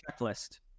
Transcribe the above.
checklist